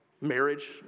Marriage